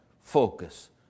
focus